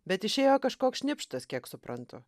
bet išėjo kažkoks šnipštas kiek suprantu